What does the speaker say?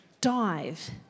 dive